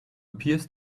appears